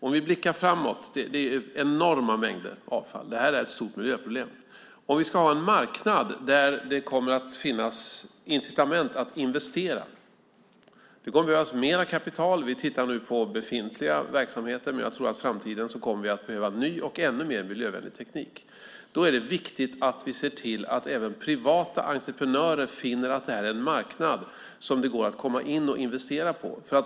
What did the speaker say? Om vi blickar framåt handlar det om enorma mängder avfall. Det är ett stort miljöproblem. Om vi ska ha en marknad där det kommer att finnas incitament att investera kommer det att behövas mer kapital. Vi tittar nu på befintliga verksamheter. Men jag tror att vi i framtiden kommer att behöva ny och ännu mer miljövänlig teknik. Då är det viktigt att vi ser till att även privata entreprenörer finner att det här är en marknad som det går att komma in och investera på.